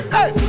Hey